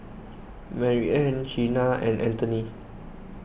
Mariann Chyna and Anthoney